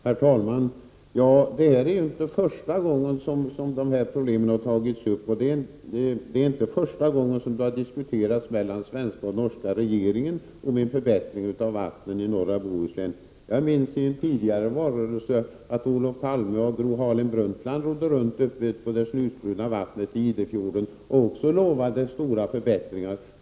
Herr talman! Detta är inte första gången som dessa problem tas upp, och det är inte första gången som det varit diskussioner mellan den svenska och norska regeringen om en förbättring av vattnen i norra Bohuslän. Jag minns att Olof Palme och Gro Harlem Brundtland i en tidigare valrörelse rodde runt på det snusbruna vattnet i Idefjorden och då lovade stora förbättringar.